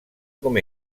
com